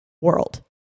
world